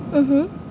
mmhmm